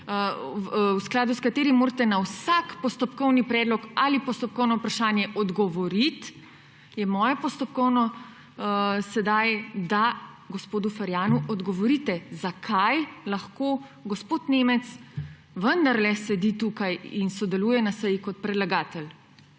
v skladu s katerim morate na vsak postopkovni predlog ali postopkovno vprašanje odgovoriti, je moje postopkovno sedaj, da gospodu Ferjanu odgovorite, zakaj lahko gospod Nemec vendarle sedi tukaj in sodeluje na seji kot predlagatelj.